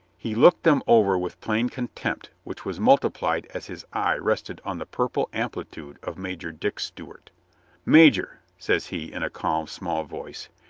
he looked them over with plain contempt which was multiplied as his eye rested on the purple amplitude of major dick stew art major, says he in a calm small voice,